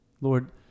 lord